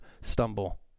stumble